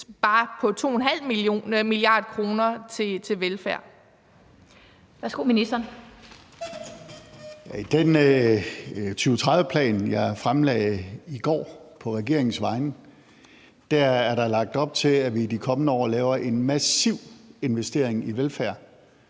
15:27 Finansministeren (Nicolai Wammen): I den 2030-plan, jeg fremlagde i går på regeringens vegne, er der lagt op til, at vi i de kommende år laver en massiv investering i velfærd